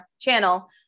channel